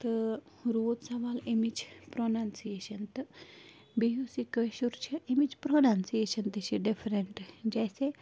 تہٕ روٗد سَوال اَمِچ پرٛوننسیشن بیٚیہِ یُس یہِ کٲشُر چھِ اَمِچ پرٛوننسیشن تہِ چھِ ڈِفرنٹہٕ جیسے